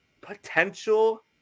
potential